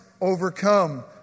overcome